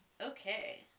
Okay